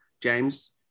James